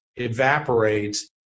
evaporates